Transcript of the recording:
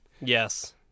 Yes